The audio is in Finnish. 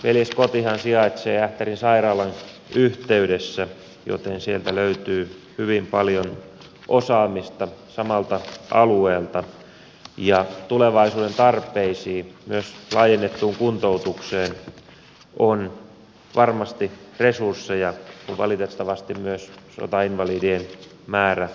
veljeskotihan sijaitsee ähtärin sairaalan yhteydessä joten sieltä löytyy hyvin paljon osaamista samalta alueelta ja tulevaisuuden tarpeisiin myös laajennettuun kuntoutukseen on varmasti resursseja mutta valitettavasti myös sotainvalidien määrä vähenee